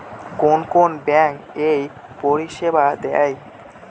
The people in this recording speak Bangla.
কোন কোন ব্যাঙ্ক এই পরিষেবা দেয়?